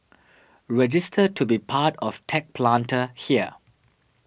register to be part of Tech Planter here